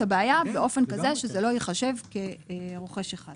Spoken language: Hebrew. הבעיה באופן כזה שזה לא ייחשב כרוכש אחד?